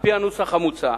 על-פי הנוסח המוצע,